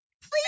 Please